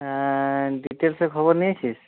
ডিটেলসে খবর নিয়েছিস